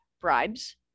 Bribes